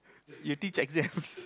you teach exams